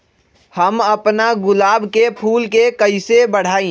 हम अपना गुलाब के फूल के कईसे बढ़ाई?